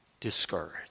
discouraged